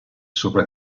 sopra